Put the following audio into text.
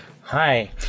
Hi